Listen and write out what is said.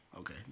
Okay